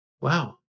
wow